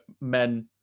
men